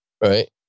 right